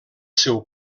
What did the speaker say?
seu